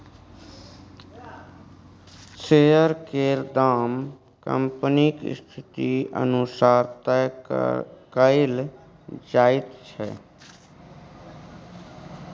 share केर दाम कंपनीक स्थिति अनुसार तय कएल जाइत छै